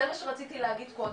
זה מה שרציתי להגיד קודם.